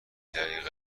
دقیقه